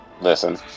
Listen